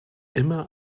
immer